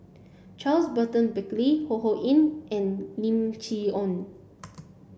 Charles Burton Buckley Ho Ho Ying and Lim Chee Onn